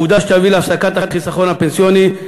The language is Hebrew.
עובדה שתביא להפסקת החיסכון הפנסיוני,